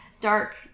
dark